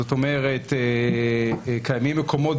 זאת אומרת קיימים מקומות,